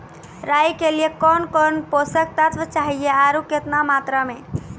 राई के लिए कौन कौन पोसक तत्व चाहिए आरु केतना मात्रा मे?